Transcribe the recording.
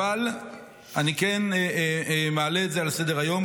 אבל אני כן מעלה את זה על סדר-היום.